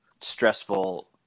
stressful